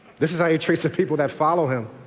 this is how he treats the people that follow him.